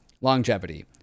longevity